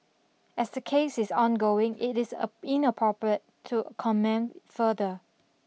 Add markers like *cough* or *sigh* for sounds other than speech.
as the case is ongoing it is *noise* inappropriate to comment further